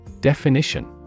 Definition